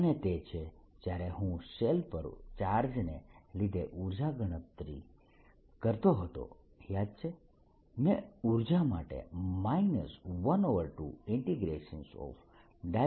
અને તે છે જ્યારે હું શેલ પરના ચાર્જને લીધે ઉર્જાની ગણતરી કરતો હતો યાદ છે મેં ઉર્જા માટે 12